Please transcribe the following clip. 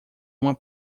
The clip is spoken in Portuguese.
uma